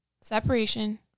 Separation